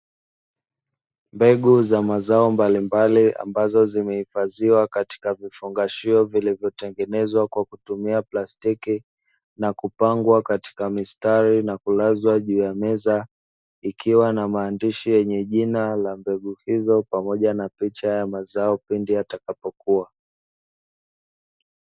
Mbegu za mazao mbalimbali ambazo zimehifadhiwa katika vifungashio vilivyotengenezwa kwa kutumia plastiki na kupangwa katika mistari na kulazwa juu ya meza, ikiwa na maandishi yenye jina la mbegu hizo pamoja na picha ya mazao pindi yatakapo kuwa.